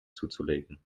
zuzulegen